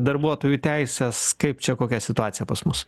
darbuotojų teisės kaip čia kokia situacija pas mus